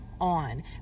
on